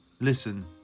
listen